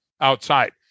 outside